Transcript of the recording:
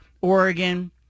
Oregon